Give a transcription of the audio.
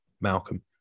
Malcolm